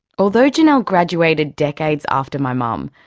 although janel graduated decades after my mum,